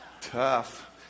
tough